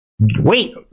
Wait